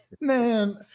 Man